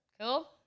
Cool